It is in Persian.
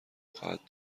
خواهد